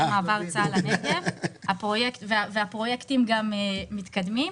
מעבר צה"ל לנגב והפרויקטים גם מתקדמים.